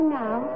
now